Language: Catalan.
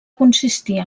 consistir